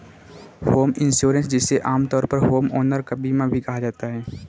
home insurance जिसे आमतौर पर होमओनर का बीमा भी कहा जाता है